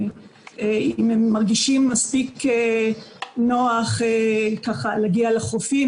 אם הם מרגישים מספיק נוח להגיע לחופים.